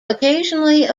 occasionally